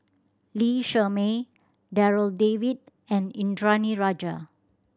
Lee Shermay Darryl David and Indranee Rajah